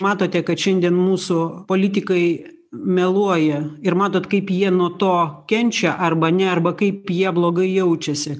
matote kad šiandien mūsų politikai meluoja ir matot kaip jie nuo to kenčia arba ne arba kaip jie blogai jaučiasi